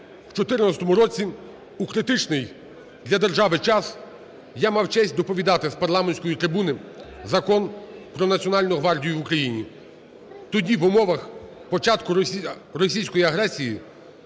в 2014 році у критичний для держави час я мав честь доповідати з парламентської трибуни Закон "Про Національну гвардію України". Тоді в умовах початку російської агресії